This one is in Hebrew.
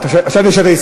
אבל,